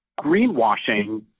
greenwashing